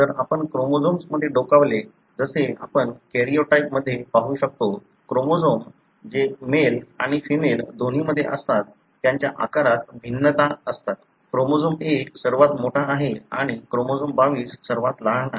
आता जर आपण क्रोमोझोम्स मध्ये डोकावले जसे आपण कॅरिओटाइपमध्ये पाहू शकता क्रोमोझोम जे मेल आणि फिमेल दोन्हीमध्ये असतात त्यांच्या आकारात भिन्न असतात क्रोमोझोम 1 सर्वात मोठा आहे आणि क्रोमोझोम 22 सर्वात लहान आहे